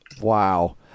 Wow